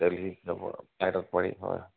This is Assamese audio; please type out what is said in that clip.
দেল্লহি যাব ফ্লাইটত পাৰি হয়